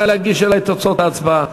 נא להגיש אלי את תוצאות ההצבעה.